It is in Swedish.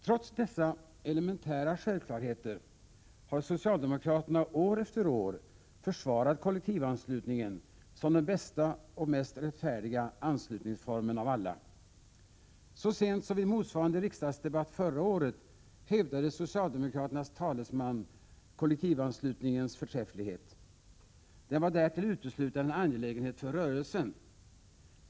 Trots dessa elementära självklarheter har socialdemokraterna år efter år försvarat kollektivanslutningen som den bästa och mest rättfärdiga anslutningsformen av alla. Så sent som vid motsvarande riksdagsdebatt förra året hävdade socialdemokraternas talesman kollektivanslutningens förträfflighet. Den var därtill uteslutande en angelägenhet för rörelsen.